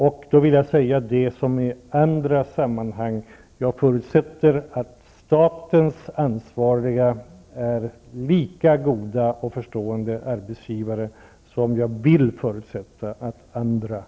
Jag vill här säga som i andra sammanhang: Jag förutsätter att statens ansvariga är lika goda och förstående arbetsgivare som jag vill förutsätta att andra är.